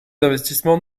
d’investissement